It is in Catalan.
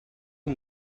que